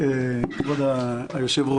כבוד היושב.